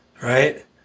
right